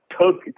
took